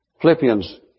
Philippians